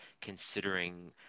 considering